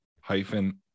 hyphen